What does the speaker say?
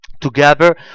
together